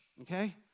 Okay